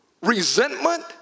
resentment